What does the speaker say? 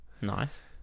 Nice